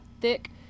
thick